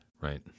Right